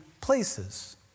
places